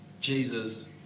Jesus